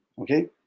Okay